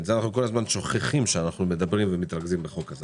את זה אנחנו שוכחים כשאנחנו מדברים על החוק הזה.